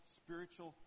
spiritual